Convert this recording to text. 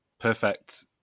perfect